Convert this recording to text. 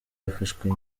yafashwe